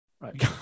right